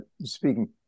speaking